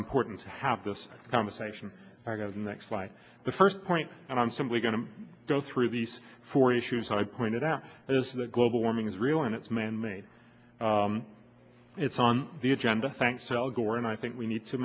important to have this conversation next like the first point and i'm simply going to go through these four issues i pointed out that is the global warming is real and it's manmade it's on the agenda thanks to all gore and i think we need to